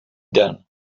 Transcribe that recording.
den